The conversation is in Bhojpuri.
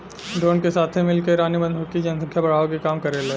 ड्रोन के साथे मिल के रानी मधुमक्खी जनसंख्या बढ़ावे के काम करेले